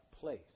place